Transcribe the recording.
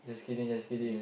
just kidding just kidding